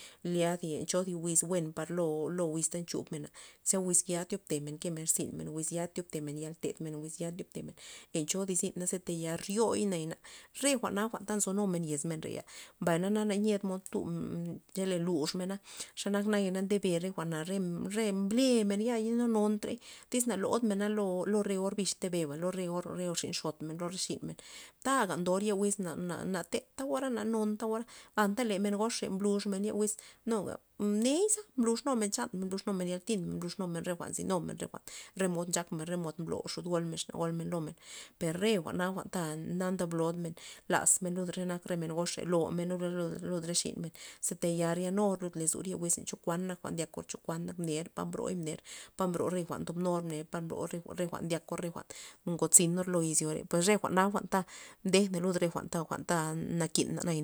Lyalen cho thi wiz buen par lo- lo lo wizta nchub mena ze wiz ya ze tob temen kemen irzynmen wiz ya thiob temen yal tedmen wiz ya tyobtemen en cho ty wiz za ryor nayana re jwa'na jwa'n ta nzonumen yez men reya mbay na ye mod chele luxmena nak naya ndebe re jwa'na re- re mble re men ya na na nontrey tyz na lodmena lo- lo re orbix ndebe lo re or xin xotmen re xin men taga ndor ye wizna na- na teta ora na non ta ora anta le men goxre mblux ye wiz re mneyza mblux men xan men blux men yatinmen re jwan nzinumen re jwa'n re mod nxak men re mod mblo re xud golmen ex na golmen lo men per re jwa'na na ndablod laz lud re men gox lomena lud lo re xinmen ze tayal ryanur lozor ye wiz na ndyakor chokuana ner po broy pa prob re jwa'n ndob nur neo po bro jwa'na jwa'n ndyakor ngot zinor lo izyore re jwana jwa'n ta mdej lud jwa'n ta nakina naya.